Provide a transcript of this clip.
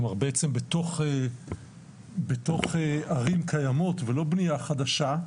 כלומר בעצם בתוך ערים קיימות ולא בניה חדשה,